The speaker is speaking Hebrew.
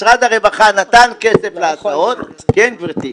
משרד הרווחה נתן כסף להסעות, כן, גברתי,